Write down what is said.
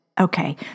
Okay